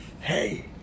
hey